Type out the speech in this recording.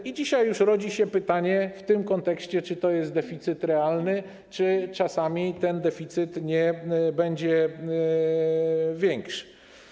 I dzisiaj już rodzi się pytanie w tym kontekście: Czy to jest deficyt realny, czy czasami ten deficyt nie będzie większy?